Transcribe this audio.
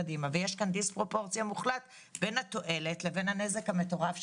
יש כאן דיספרופורציה מוחלט בין התועלת לבין הנזק המטורף שנגרם.